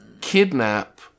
kidnap